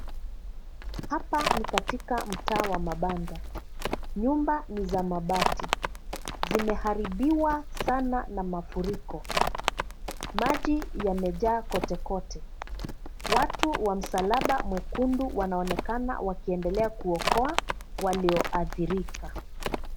Hapa ni katika mtaa wa mabanda. Nyumba ni za mabati. Zimeharibiwa sana na mafuriko. Maji yamejaa kotekote. Watu wa msalaba mwekundu wanaonekana wakiendelea kuokoa walioathirika.